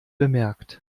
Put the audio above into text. bemerkt